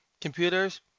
computers